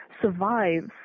survives